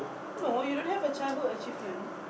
no you don't have a childhood achievement